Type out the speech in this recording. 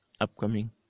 upcoming